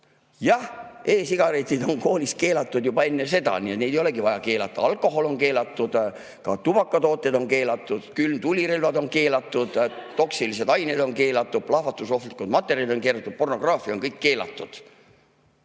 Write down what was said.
aga e-sigaretid on koolis keelatud juba [praegu], neid ei olegi vaja keelata. Ka alkohol on keelatud, tubakatooted on keelatud, tulirelvad on keelatud, toksilised ained on keelatud, plahvatusohtlikud materjalid on keelatud, pornograafia on keelatud.